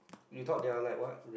you thought they are like what